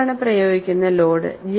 എന്താണ് പ്രയോഗിക്കുന്ന ലോഡ്